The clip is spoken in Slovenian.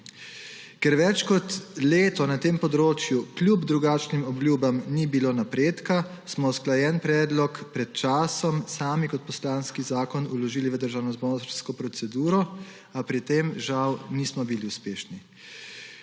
Ker več kot leto na tem področju kljub drugačnim obljubam ni bilo napredka, smo usklajen predlog pred časom sami kot poslanski zakon vložili v državnozborsko proceduro, a pri tem žal nismo bili uspešni.